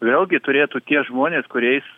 vėlgi turėtų tie žmonės kuriais